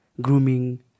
grooming